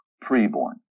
pre-born